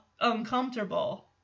uncomfortable